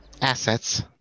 assets